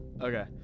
Okay